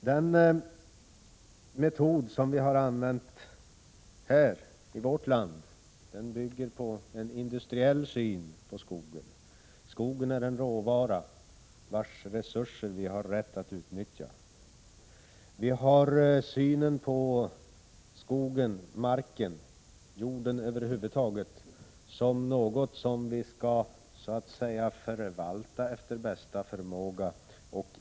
Den metod som vi använder i vårt land är att tillämpa en industriell syn på skogen: skogen är en råvara, och vi har rätt att utnyttja dess resurser. Vi ser på skogen, marken och jorden över huvud taget som någonting som vi skall förvalta efter bästa förmåga.